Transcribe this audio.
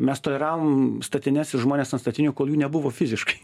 mes toleravom statines ir žmones ant statinių kol jų nebuvo fiziškai